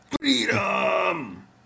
Freedom